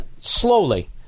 slowly